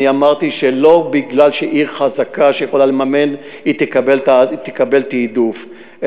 אני אמרתי שלא בגלל שעיר חזקה שיכולה לממן היא תקבל תעדוף,